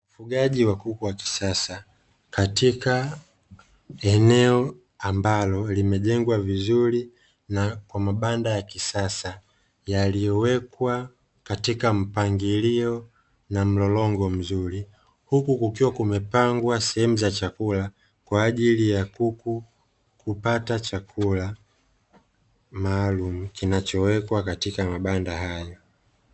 Ufugaji wa kuku wa kisasa katika eneo ambalo limejengwa vizuri na kwa mabanda ya kisasa yaliyowekwa katika mpangilio na mlolongo mzuri. Huku kukiwa kumepangwa sehemu za chakula kwa ajili ya kuku kupata chakula maalumu kinachowekwa katika mabanda hayo.